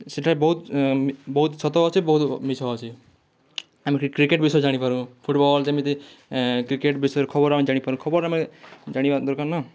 ସେଟା ବହୁତ ବହୁତ ସତ ଅଛି ବହୁତ ମିଛ ଅଛି ଆମେ କ୍ରିକେଟ୍ ବିଷୟ ଜାଣିପାରୁ ଫୁଟବଲ୍ ଯେମିତି କ୍ରିକେଟ୍ ବିଷୟରେ ଖବର ଆମେ ଜାଣିପାରୁ ଖବର ଆମେ ଜାଣିବା ଦରକାର ନା